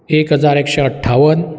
एक हजार एकशे अठ्ठावन